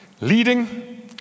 Leading